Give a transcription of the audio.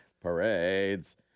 Parades